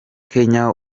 kenya